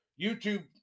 YouTube